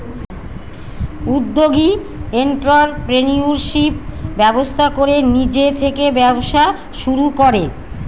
উদ্যোগী এন্ট্ররপ্রেনিউরশিপ ব্যবস্থা করে নিজে থেকে ব্যবসা শুরু করে